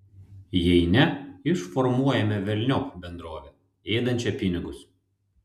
jei ne išformuojame velniop bendrovę ėdančią pinigus